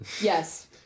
yes